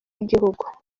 w’igihugu